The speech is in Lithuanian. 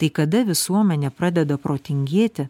tai kada visuomenė pradeda protingėti